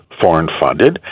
foreign-funded